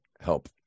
help